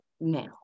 now